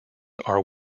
are